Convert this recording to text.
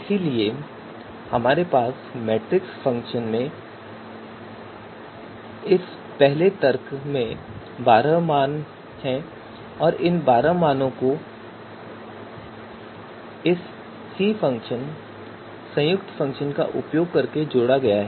इसलिए हमारे पास मैट्रिक्स फ़ंक्शन में इस पहले तर्क में बारह मान हैं और इन बारह मानों को इस सी फ़ंक्शन संयुक्त फ़ंक्शन का उपयोग करके जोड़ा गया है